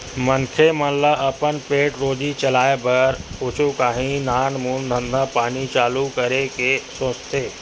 मनखे मन ल अपन पेट रोजी चलाय बर कुछु काही नानमून धंधा पानी चालू करे के सोचथे